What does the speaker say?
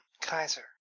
Kaiser